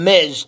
Miz